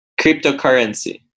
cryptocurrency